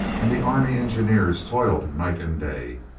and the army engineers toiled night and day.